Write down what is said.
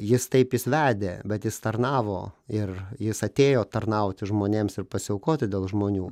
jis taip jis vedė bet jis tarnavo ir jis atėjo tarnauti žmonėms ir pasiaukoti dėl žmonių